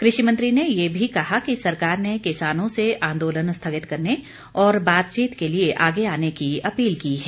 कृषि मंत्री ने ये भी कहा कि सरकार ने किसानों से आंदोलन स्थगित करने और बातचीत के लिए आगे आने की अपील की है